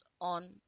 on